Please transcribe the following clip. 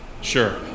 Sure